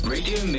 Radio